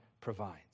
provides